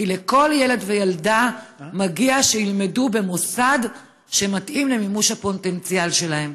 כי לכל ילד וילדה מגיע שהם ילמדו במוסד שמתאים למימוש הפוטנציאל שלהם.